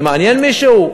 זה מעניין מישהו?